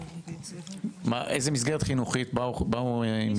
באיזו מסגרת חינוכית הילדים?